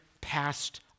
passed